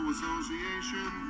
Association